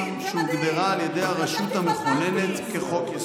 שהוגדרה על ידי הרשות המכוננת כ'חוק-יסוד'".